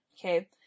Okay